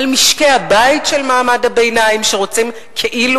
על משקי הבית של מעמד הביניים שרוצים כאילו